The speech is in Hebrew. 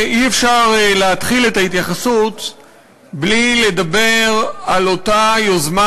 אי-אפשר להתחיל את ההתייחסות בלי לדבר על אותה יוזמה